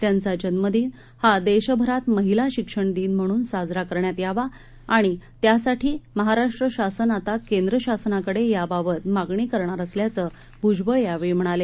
त्यांचाजन्मदिनहादेशभरातमहिलाशिक्षणदिन म्हणूनसाजराकरण्यातयावाआणित्यासाठीमहाराष्ट्रशासनआतार्केद्रशासनाकडेयाबाबतमागणी करणारअसल्याचंभ्जबळयावेळीम्हणाले